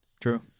True